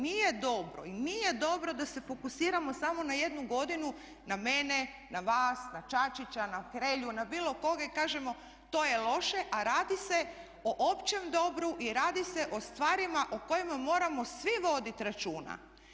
Nije dobro i nije dobro da se fokusiramo samo na jednu godinu na mene, na vas, na Čačića, na Hrelju, na bilo koga i kažemo to je loše, a radi se o općem dobru i radi se o stvarima o kojima moramo svi vodit računa.